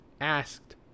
asked